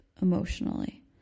emotionally